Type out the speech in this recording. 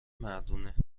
مردونه